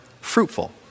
fruitful